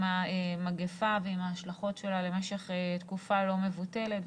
המגפה ועם ההשלכות שלה למשך תקופה לא מבוטלת,